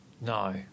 No